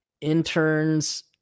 Interns